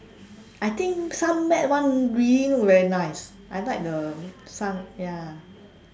I think some matt [one] really look very nice I like the some ya